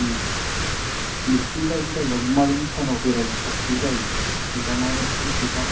ओम नोंसिनि जायगायाव माबायदि टाइमाव बेरायनो साबसिन जायो खिन्थाना एसे खिन्था